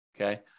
okay